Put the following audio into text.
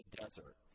desert